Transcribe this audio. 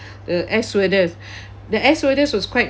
the air stewardess the air stewardess was quite